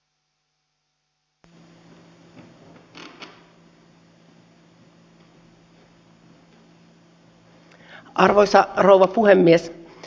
kaivosten nostamisen normaalin sähköveron piiriin voi katsoa olevan valtion perimää korvausta kansallisvarallisuutemme hyväksikäytöstä tilanteessa jossa suomessa ei ole varsinaista kaivosveroa